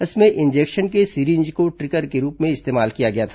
इसमें इंजेक्शन के सीरिंज को ट्रिगर के रूप में इस्तेमाल किया गया था